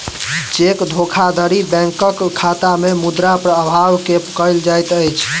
cheque धोखाधड़ी बैंकक खाता में मुद्रा अभाव के कहल जाइत अछि